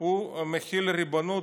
שהוא מחיל ריבונות,